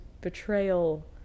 betrayal